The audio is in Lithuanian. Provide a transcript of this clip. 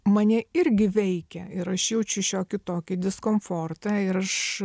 mane irgi veikia ir aš jaučiu šiokį tokį diskomfortą ir aš